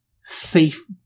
safe